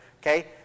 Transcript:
Okay